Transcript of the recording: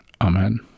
amen